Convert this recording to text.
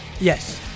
Yes